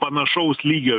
panašaus lygio